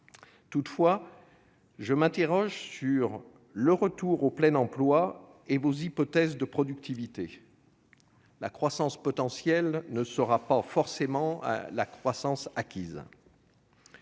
Toutefois, je m'interroge sur le retour au plein emploi et sur vos hypothèses de productivité : la croissance potentielle ne sera pas forcément la croissance acquise.